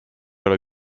ole